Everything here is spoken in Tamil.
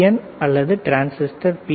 என் அல்லது டிரான்சிஸ்டர் பி